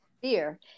fear